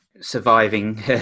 surviving